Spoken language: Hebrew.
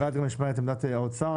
ואז גם נשמע את עמדת האוצר.